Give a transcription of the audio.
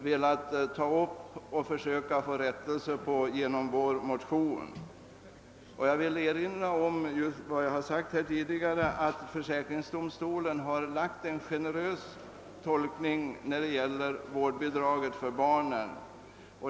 Det är detta vi velat försöka få rättelse på genom våra motioner. Och jag upprepar att försäkringsdomstolen gjort en generös tolkning när det gäller vårdbidrag för barnen.